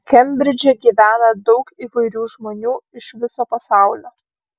kembridže gyvena daug įvairių žmonių iš viso pasaulio